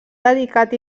dedicat